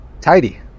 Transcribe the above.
tidy